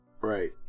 Right